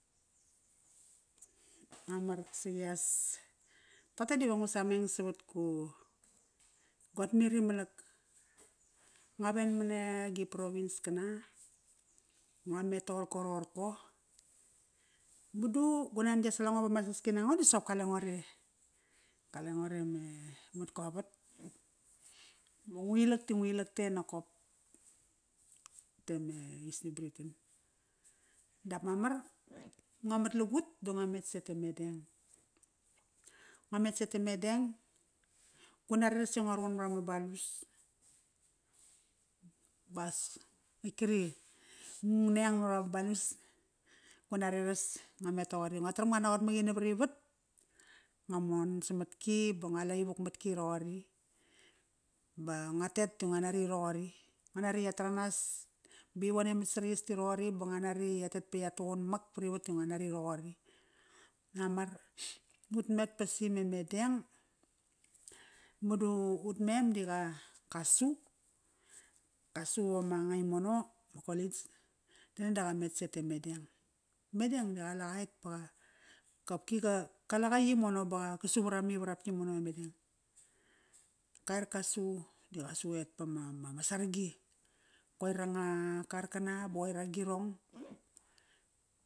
Mamar siqias toqote dive ngu sameng savat gu, guat meri ma lak. Ngua ven mani agia province kana, ngua met toqorko roqorko, madu gu nan ia sal ango ba ma saski nango di soqop kale ngo re. Kale ngo re me mat ko vat. Ba nguilak di nguilak te nokop. Te me East New Britain. Dap mamar, ngo mat lugut di ngo met sete Madang, ngo met sete Madang, gu nareras ive ngua ruqun marama balus bas ngitkri ngung neng namarama balus. Gu nareras ngo met toqori. Ngo taram ngonoqot maqi navarivat. Ngo mon samatki ba ngo la ivuk matki i roqori, ba ngo tel di ngonari roqori, ngo nari ya taranas bivone mat saraias di roqori ba ngua nari ya tet ba ya tuqun mak parivat di ngo nari raqori. Mamar. Ut mem di qa su, qa su vamanga i mono ma college. Dangdang da qa met sete Madang. Madang da qaleqaet ba qopki qaleqa yimono ba qa su uara mivarap yimono me Madang. Qaer ka su di qa su et va ma ma saragi. Qoir anga kar kana ba qoir agirong.